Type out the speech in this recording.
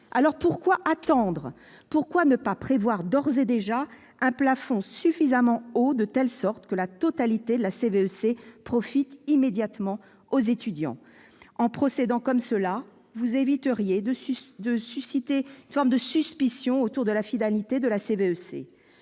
Alors, pourquoi attendre ? Pourquoi ne pas prévoir d'ores et déjà un plafond suffisamment haut, de sorte que la totalité de la CVEC profite immédiatement aux étudiants ? En procédant ainsi, vous éviteriez de susciter une forme de suspicion autour de la finalité de la CVEC